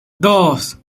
dos